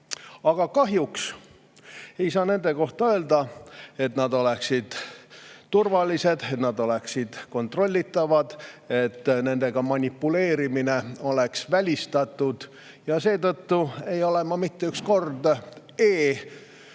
Aga kahjuks ei saa nende kohta öelda, et nad oleksid turvalised, et nad oleksid kontrollitavad, et nendega manipuleerimine oleks välistatud. Seetõttu ei ole ma mitte üks kord